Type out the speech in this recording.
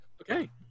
Okay